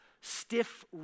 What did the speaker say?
stiff